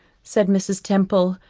said mrs. temple,